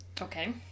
Okay